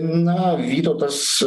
na vytautas